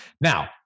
Now